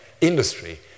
industry